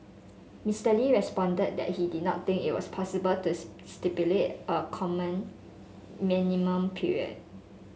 Mister Lee responded that he did not think it was possible to stipulate a common minimum period